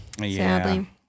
Sadly